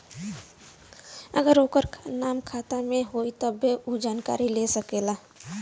अगर ओकर नाम खाता मे होई तब्बे ऊ जानकारी ले सकेला